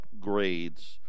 upgrades